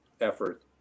effort